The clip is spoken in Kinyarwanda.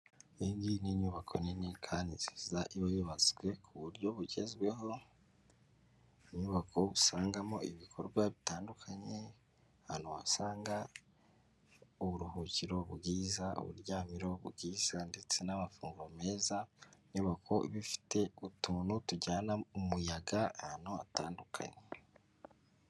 Iyi ni inyubako nini kandi nziza iba yubatswe ku buryo bugezweho, inyubako usangamo ibikorwa bitandukanye, ahantu wasanga uburuhukiro bwiza, uburyamiro bwiza ndetse n'amafunguro meza. Inyubako iba ifite utuntu tujyana umuyaga ahantu hatandukanye.